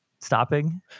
stopping